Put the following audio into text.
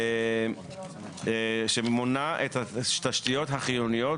שמונה את התשתיות החיוניות,